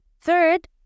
third